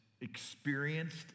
experienced